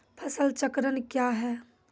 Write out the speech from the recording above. फसल चक्रण कया हैं?